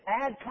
add